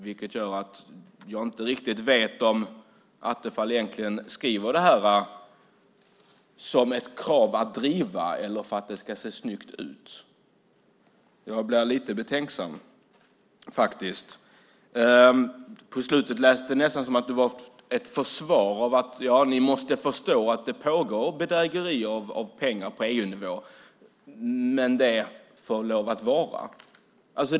Det gör att jag inte riktigt vet om Attefall skriver det här som ett krav att driva eller för att det ska se snyggt ut. Jag blir lite betänksam. På slutet lät det nästan som ett försvar: Ja, ni måste förstå att det pågår bedrägerier med pengar på EU-nivå, men det får vara.